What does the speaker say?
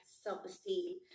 self-esteem